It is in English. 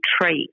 trait